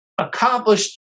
accomplished